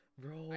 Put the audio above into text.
bro